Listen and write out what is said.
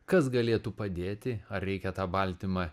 kas galėtų padėti ar reikia tą baltymą